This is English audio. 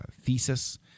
thesis